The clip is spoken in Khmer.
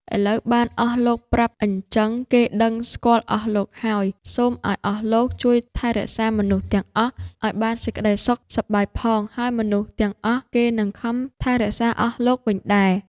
ឥឡូវបានអស់លោកប្រាប់អីចឹង គេដឹង-ស្គាល់អស់លោកហើយ សុំឲ្យអស់លោកជួយថែរក្សាមនុស្សទាំងអស់ ឲ្យបានសេចក្ដីសុខសប្បាយផង ហើយមនុស្សទាំងអស់ គេនឹងខំថែរក្សាអស់លោកវិញដែរ ។